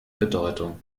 bedeutung